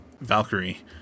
Valkyrie